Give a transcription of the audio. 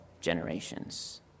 generations